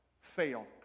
fail